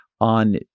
on